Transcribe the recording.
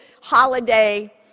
holiday